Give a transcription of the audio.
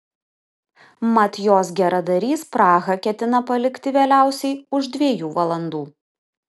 mat jos geradarys prahą ketina palikti vėliausiai už dviejų valandų